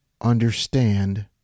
understand